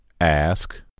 Ask